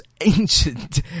ancient